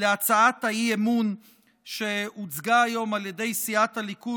להצעת האי-אמון שהוצגה היום על ידי סיעת הליכוד